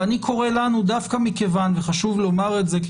ואני קורא לנו וחשוב לומר את זה כי